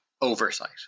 oversight